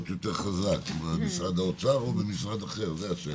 השאלה היא אצל מי השוט יותר חזק משרד האוצר או משרד אחר זו השאלה.